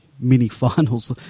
mini-finals